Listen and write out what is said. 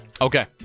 Okay